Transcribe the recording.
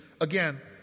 again